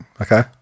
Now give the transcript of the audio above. okay